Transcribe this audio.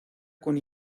con